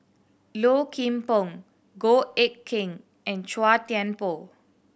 Low Kim Pong Goh Eck Kheng and Chua Thian Poh